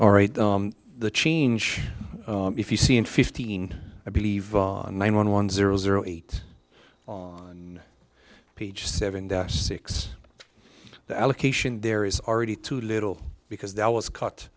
all right the change if you see in fifteen i believe on nine one one zero zero eight on page seventy six the allocation there is already too little because that was c